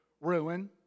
ruin